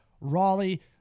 Raleigh